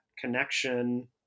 connection